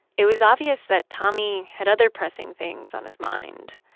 it was obvious that tommie had other pressing things on his mind.